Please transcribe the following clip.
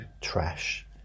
trash